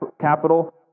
capital